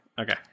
Okay